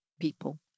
people